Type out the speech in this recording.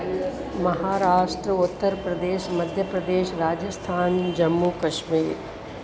Maharashtra Uttar Pradesh Madhya Pradesh Rajasthan Jammu Kashmir